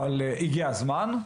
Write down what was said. אבל הגיע הזמן.